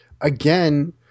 again